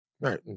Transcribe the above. Right